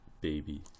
baby